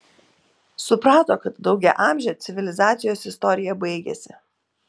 suprato kad daugiaamžė civilizacijos istorija baigiasi